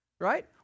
right